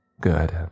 Good